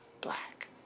black